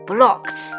Blocks